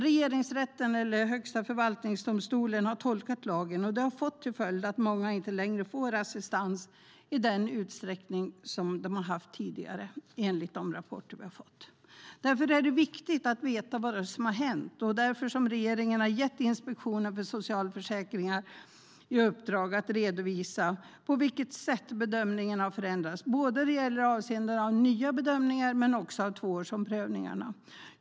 Regeringsrätten, eller Högsta förvaltningsdomstolen, har tolkat lagen och det har fått till följd att många inte längre får assistans i den utsträckning som de har haft tidigare, enligt de rapporter vi har fått. Därför är det viktigt att veta vad som har hänt. Det är därför regeringen har gett Inspektionen för socialförsäkringen i uppdrag att redovisa på vilket sätt bedömningen har förändrats, både avseende nya bedömningar men också av tvåårsomprövningarna.